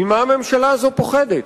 ממה הממשלה הזאת פוחדת?